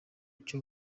cyo